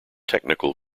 technical